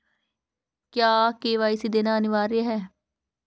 क्या के.वाई.सी देना अनिवार्य है?